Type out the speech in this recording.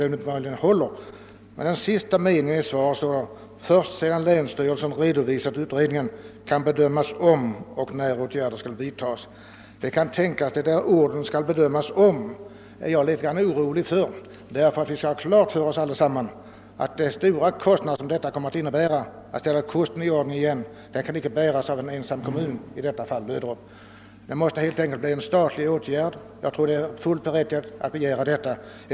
Jag fäster mig därvid främst vid sista meningen i svaret, där det står: »Först sedan länsstyrelsen redovisat utredningen kan bedömas om och när åtgärder skall vidtas.» Jag är litet orolig för innebörden i orden »kan bedömas om», ty vi skall ha klart för oss att de stora utgifter som är förbundna med att göra kusten i ordning inte kan bäras av en ensam kommun, i detta fall Löderup. Det måste vara en sak för staten. Jag anser det vara fullt berättigat att kräva det.